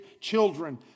children